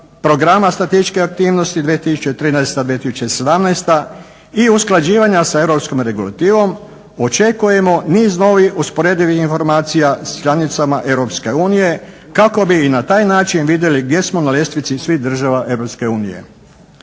programa statističke aktivnosti 2013.-2017. i usklađivanja s europskom regulativom očekujemo niz novih usporedivih informacija s članicama Europske unije kako bi i na taj način vidjeli gdje smo na ljestvici svih država Europske unije.